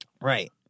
Right